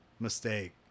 mistake